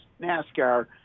NASCAR